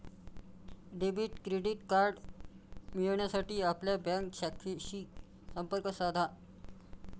debit credit card मिळविण्यासाठी आपल्या bank शाखेशी संपर्क साधा